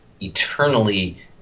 eternally